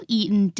eaten